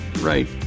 Right